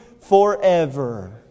forever